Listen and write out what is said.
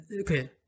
Okay